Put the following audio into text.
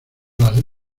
las